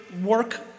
work